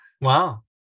Wow